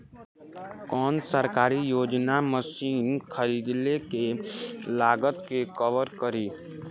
कौन सरकारी योजना मशीन खरीदले के लागत के कवर करीं?